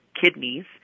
kidneys